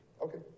Okay